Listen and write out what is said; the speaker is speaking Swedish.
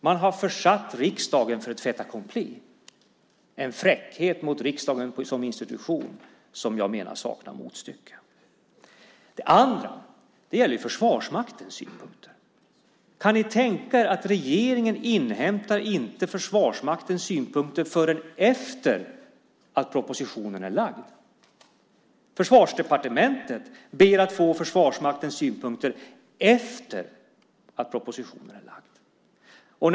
Man har försatt riksdagen för ett fait accompli, en fräckhet mot riksdagen som institution som jag menar saknar motstycke. Det andra gäller Försvarsmaktens synpunkter. Kan ni tänka er att regeringen inte inhämtar Försvarsmaktens synpunkter förrän efter det att propositionen är framlagd? Försvarsdepartementet ber att få Försvarsmaktens synpunkter efter det att propositionen är framlagd!